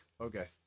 Okay